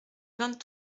vingt